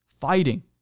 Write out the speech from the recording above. fighting